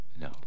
No